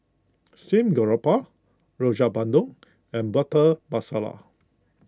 Steamed Garoupa Rojak Bandung and Butter Masala